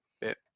bit